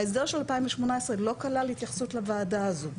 ההסדר של 2018 לא כלל התייחסות לוועדה הזו.